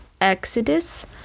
Exodus